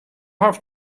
have